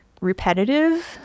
repetitive